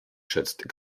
schützt